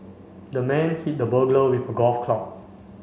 the man hit the burglar with a golf club